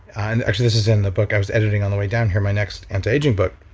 and actually, this is in the book, i was editing on the way down here, my next anti-aging book,